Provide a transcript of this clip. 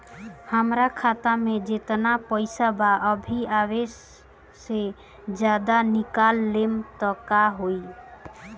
हमरा खाता मे जेतना पईसा बा अभीओसे ज्यादा निकालेम त का होई?